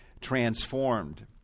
Transformed